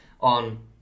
on